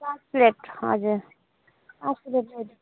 पाँच प्लेट हजुर पाँच प्लेट मेरो